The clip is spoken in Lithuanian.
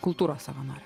kultūros savanorių